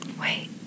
wait